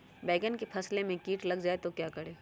बैंगन की फसल में कीट लग जाए तो क्या करें?